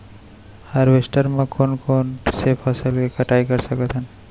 Harvester म कोन कोन से फसल के कटाई कर सकथन?